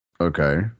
okay